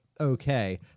okay